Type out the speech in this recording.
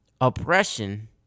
oppression